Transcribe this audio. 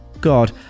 god